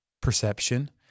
perception